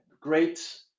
great